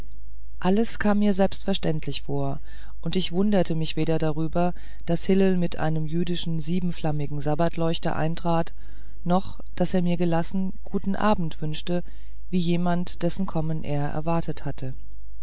alles kam mir selbstverständlich vor und ich wunderte mich weder darüber daß hillel mit einem jüdischen siebenflammigen sabbatleuchter eintrat noch daß er mir gelassen guten abend wünschte wie jemandem dessen kommen er erwartet hatte